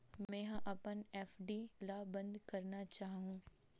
मेंहा अपन एफ.डी ला बंद करना चाहहु